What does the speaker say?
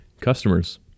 customers